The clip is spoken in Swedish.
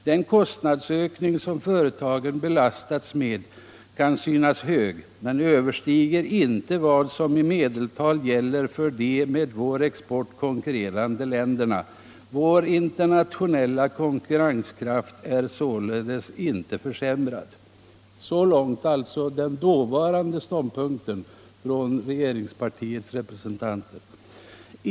Den kostnadsökning som företagen belastas med kan synas hög, men överstiger inte vad som i medeltal gäller för de med vår export konkurrerande länderna. Vår internationella konkurrenskraft är således inte försämrad.” Det var alltså den ståndpunkt som regeringspartiets representanter då intog.